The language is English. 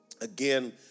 again